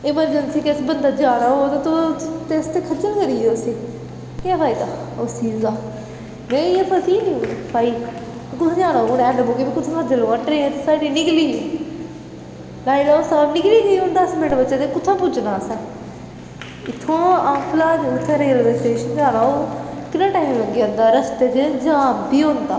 emergency के उस बंदै जाना होऐ ते तुस ते खज्जल करी गे उसी केह् फायदा उस चीज दा नेईं एह् फसी गेई निं हून फाही त्थै जाना ऐंड मौकै में कु'त्थें खज्जल होआं ट्रेन ते साढ़ी निकली गेई लाई लैओ स्हाब निकली दी हून दस मिंट्ट बचे दे कु'त्थें पुज्जना असें इत्थूं दा अम्फले दा उत्थें रेलवे स्टेशन जाना होऐ किन्ना टैम लग्गी जंदा रस्ते च जाम बी होंदा